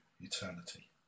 eternity